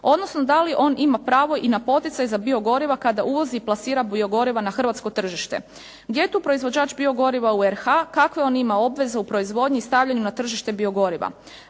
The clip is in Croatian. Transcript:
odnosno da li on ima pravo i na poticaj za biogoriva kada uvozi i plasira biogoriva na hrvatsko tržište. Gdje je tu proizvođač biogoriva u RH, kakve on ima veze obveze u proizvodnji i stavljanju na tržište biogoriva?